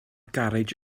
garej